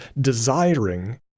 desiring